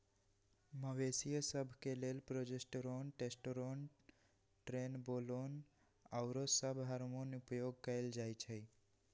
मवेशिय सभ के लेल प्रोजेस्टेरोन, टेस्टोस्टेरोन, ट्रेनबोलोन आउरो सभ हार्मोन उपयोग कयल जाइ छइ